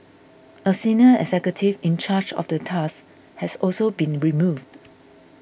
a senior executive in charge of the task has also been removed